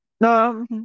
No